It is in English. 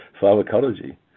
pharmacology